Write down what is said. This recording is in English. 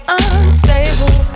unstable